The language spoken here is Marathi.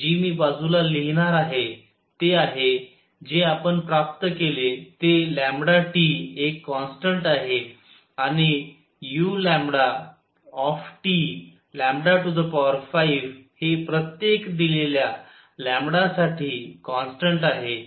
जी मी बाजूला लिहीणार आहे ते आहे जे आपण प्राप्त केले ते T एक कॉन्स्टन्ट आहे आणि u 5 हे प्रत्येक दिल्येल्या साठी कॉन्स्टन्ट आहे